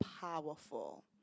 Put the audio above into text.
powerful